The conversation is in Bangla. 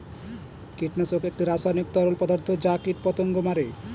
কীটনাশক একটি রাসায়নিক তরল পদার্থ যা কীটপতঙ্গ মারে